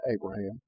Abraham